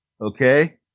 okay